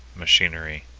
machinery,